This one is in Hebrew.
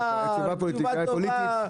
תשובה פוליטית טובה.